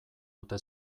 ote